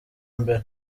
mbere